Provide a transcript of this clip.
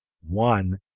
one